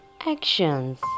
actions